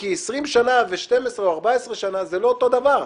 כי 20 שנה או 12 14 זה לא אותו הדבר.